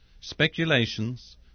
speculations